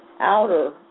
outer